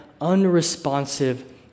unresponsive